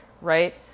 right